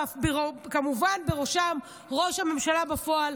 וכמובן בראשם ראש הממשלה בפועל,